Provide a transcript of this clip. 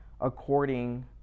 according